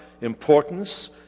importance